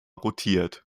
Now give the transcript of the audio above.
rotiert